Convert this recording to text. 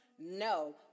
No